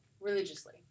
religiously